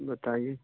بتائیے